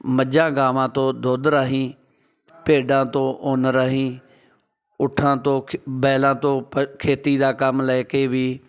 ਮੱਝਾਂ ਗਾਵਾਂ ਤੋਂ ਦੁੱਧ ਰਾਹੀਂ ਭੇਡਾਂ ਤੋਂ ਉੱਨ ਰਾਹੀਂ ਊਠਾਂ ਤੋਂ ਖ ਬੈਲਾਂ ਤੋਂ ਖੇਤੀ ਦਾ ਕੰਮ ਲੈ ਕੇ ਵੀ